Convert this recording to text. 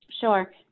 Sure